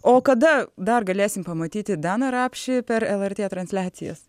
o kada dar galėsim pamatyti daną rapšį per lrt transliacijas